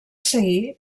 seguí